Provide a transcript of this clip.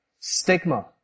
stigma